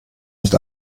nicht